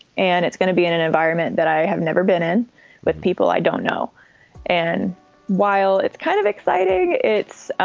and it's gonna be in an environment that i have never been in with people i don't know and while it's kind of exciting, it's